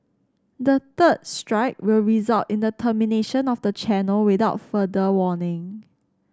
the third strike will result in the termination of the channel without further warning